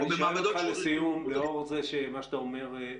אני שואל אותך לסיום ולאור מה שאתה אומר,